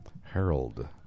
Harold